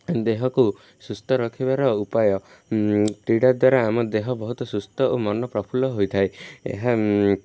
ଦେହକୁ ସୁସ୍ଥ ରଖିବାର ଉପାୟ କ୍ରୀଡ଼ା ଦ୍ୱାରା ଆମ ଦେହ ବହୁତ ସୁସ୍ଥ ଓ ମନ ପ୍ରଫୁଲ୍ଲ ହୋଇଥାଏ ଏହା